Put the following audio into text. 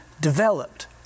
developed